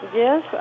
Yes